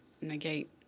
negate